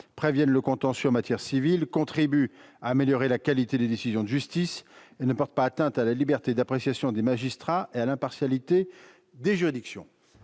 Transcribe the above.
prévienne le contentieux en matière civile, contribue à améliorer la qualité des décisions de justice et ne porte pas atteinte à la liberté d'appréciation des magistrats et à l'impartialité des juridictions